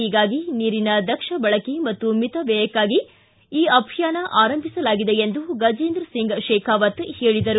ಹೀಗಾಗಿ ನೀರಿನ ದಕ್ಷ ಬಳಕೆ ಮತ್ತು ಮಿತ ವ್ಯಯಕ್ಕಾಗಿ ಈ ಅಭಿಯಾನ ಆರಂಭಿಸಲಾಗಿದೆ ಎಂದು ಗಜೇಂದ್ರ ಸಿಂಗ್ ಶೇಖಾವತ್ ಹೇಳಿದರು